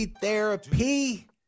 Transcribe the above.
Therapy